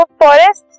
forest